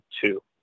two